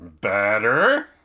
Better